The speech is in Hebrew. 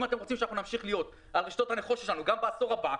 אם אתם רוצים שאנחנו נמשיך להיות גם בעשור הבא,